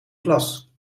klas